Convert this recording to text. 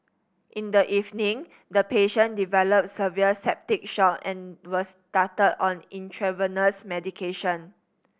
in the evening the patient developed severe septic shock and was started on intravenous medication